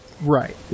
Right